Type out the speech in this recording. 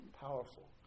powerful